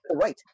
right